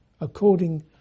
According